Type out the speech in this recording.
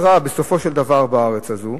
שבסופו של דבר גם לא כל כך רע בארץ הזאת.